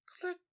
click